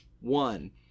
one